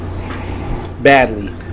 badly